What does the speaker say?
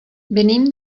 venim